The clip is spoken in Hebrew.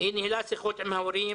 היא ניהלה שיחות עם ההורים,